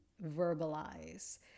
verbalize